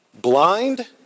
Blind